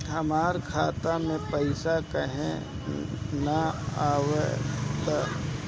हमरा खाता में पइसा काहे ना आव ता?